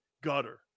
gutter